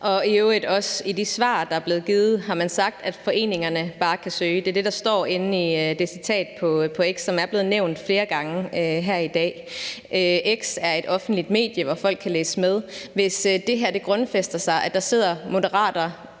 har i øvrigt også i de svar, der er blevet givet, sagt, at foreningerne bare kan søge. Det er det, der står inde i det citat på X, som er blevet nævnt flere gange her i dag. X er et offentligt medie, hvor folk kan læse med, og hvis det grundfæster sig, at der sidder Moderater,